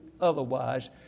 Otherwise